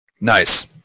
Nice